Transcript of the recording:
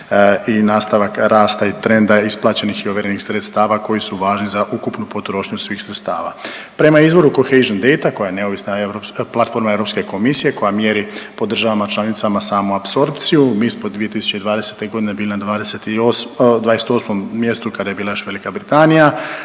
i nastavak rasta i trenda isplaćenih i ovjerenih sredstava koji su važni za ukupnu potrošnju svih sredstava. Prema izvoru Cohesion data koja je neovisna platforma Europske komisije koja mjeri po država članicama samu apsorpciju. Mi smo 2020. godine bili na 28 mjestu kada je bila još Velika Britanija,